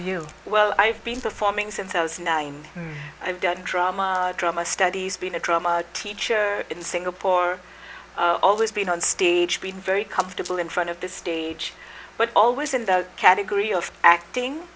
you well i've been performing since i was nine i've done drama drama studies been a drama teacher in singapore always been on stage been very comfortable in front of the stage but always in the category of acting